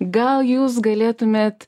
gal jūs galėtumėt